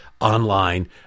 Online